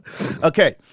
Okay